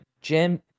Jim